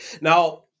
Now